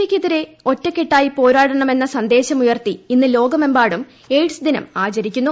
V യ്ക്കെതിരെ ഒറ്റക്കെട്ടായി പോരാടണമെന്ന സന്ദേശം ഉയർത്തി ഇന്ന് ലോകമെമ്പാടും എയ്ഡ്സ് ദിനം ആചരിക്കുന്നു